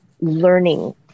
learning